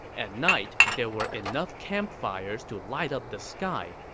at night, there were enough campfires to light up the sky.